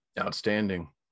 outstanding